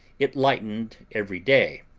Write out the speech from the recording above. it lightened every day,